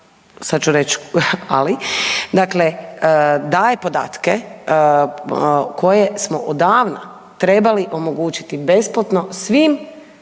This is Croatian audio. sad ću reći ali, dakle daje podatke koje smo odavna trebali omogućiti besplatno svim